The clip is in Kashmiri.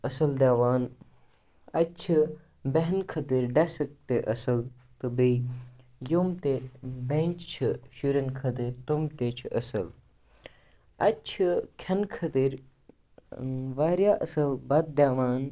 اَصٕل دِوان اَتہِ چھِ بیٚہنہٕ خٲطٕر ڈٮ۪سٕک تہِ اَصٕل تہٕ بیٚیہِ یِم تہِ بٮ۪نٛچ چھِ شُرٮ۪ن خٲطر تِم تہِ چھِ اَصٕل اَتہِ چھِ کھٮ۪نہٕ خٲطٕر واریاہ اَصٕل بَتہٕ دِوان